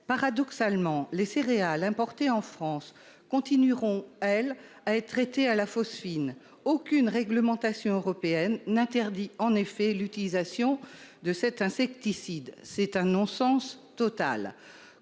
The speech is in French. Paradoxalement, les céréales importées en France continueront, elles, à être traitées à la phosphine. En effet, aucune réglementation européenne n'interdit l'utilisation de cet insecticide. C'est un non-sens total